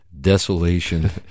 desolation